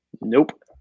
Nope